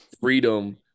freedom